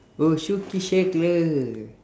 oh